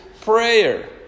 prayer